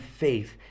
faith